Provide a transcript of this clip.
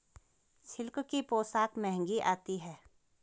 silk की पोशाक महंगी आती है